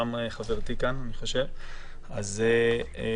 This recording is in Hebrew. וכך גם חברתי מיכל וונש קוטלר.